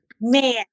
Man